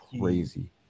crazy